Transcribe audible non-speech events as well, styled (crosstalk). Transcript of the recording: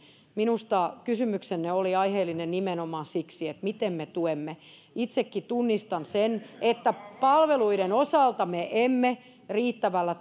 minusta kysymyksenne oli aiheellinen nimenomaan siksi että miten me tuemme itsekin tunnistan sen että palveluiden osalta me emme riittävällä (unintelligible)